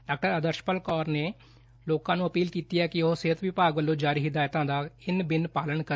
ਡਾ ਆਦਰਸ਼ਪਾਲ ਕੌਰ ਨੇ ਲੋਕਾਂ ਨੂੰ ਅਪੀਲ ਕੀਤੀ ਕਿ ਉਹ ਸਿਹਤ ਵਿਭਾਗ ਵਲੋਂ ਜਾਰੀ ਹਿਦਾਇਤਾਂ ਦਾ ਇੰਨ ਬਿੰਨ ਪਾਲਣ ਕਰਨ